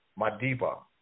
Madiba